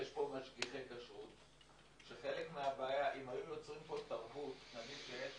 יש פה משגיחי כשרות שחלק מהבעיה אם היו יוצרים פה תרבות נגיד שיש